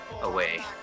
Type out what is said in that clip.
away